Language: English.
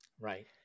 Right